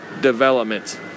development